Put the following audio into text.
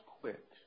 quit